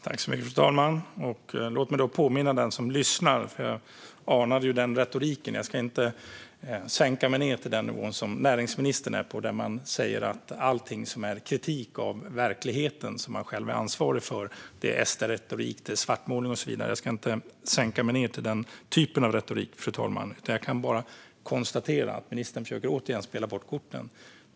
Fru talman! Låt mig då påminna dem som lyssnar om en sak, för jag anade retoriken. Jag ska inte sänka mig till den nivå som näringsministern är på, där allting som är kritik av den verklighet som man själv är ansvarig för är SD-retorik, svartmålning och så vidare. Jag ska inte sänka mig till den typen av retorik, fru talman, utan jag kan bara konstatera att ministern återigen försöker spela bort korten.